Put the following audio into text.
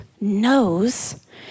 knows